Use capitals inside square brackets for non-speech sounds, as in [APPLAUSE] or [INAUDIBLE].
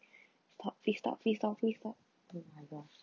[BREATH] stop please stop please stop please stop oh my gosh